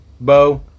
Bo